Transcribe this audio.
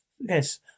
Yes